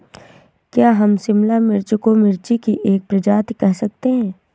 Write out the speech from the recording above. क्या हम शिमला मिर्च को मिर्ची की एक प्रजाति कह सकते हैं?